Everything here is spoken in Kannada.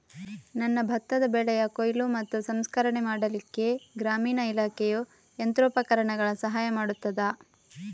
ನನ್ನ ಭತ್ತದ ಬೆಳೆಯ ಕೊಯ್ಲು ಮತ್ತು ಸಂಸ್ಕರಣೆ ಮಾಡಲಿಕ್ಕೆ ಗ್ರಾಮೀಣ ಇಲಾಖೆಯು ಯಂತ್ರೋಪಕರಣಗಳ ಸಹಾಯ ಮಾಡುತ್ತದಾ?